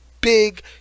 big